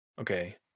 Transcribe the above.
okay